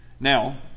Now